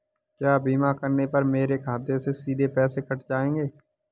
क्या बीमा करने पर मेरे खाते से सीधे पैसे कट जाएंगे?